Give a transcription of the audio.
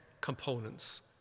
components